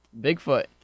Bigfoot